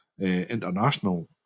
international